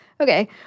Okay